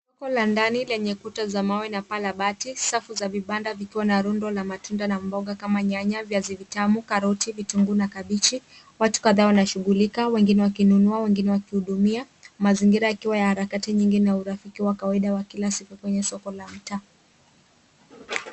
Soko la ndani lenye kuta za mawe na paa la bati. Safu za vibanda viko na rundo la matunda na mboga kama nyanya, viazi vitamu, karoti vitunguu na kabichi. Watu kadhaa wanashughulika wengine wakinunua wengine wakihudumia, mazingira yakiwa ya harakati nyingi na urafiki wa kawaida wa kila siku wa soko la mtaa.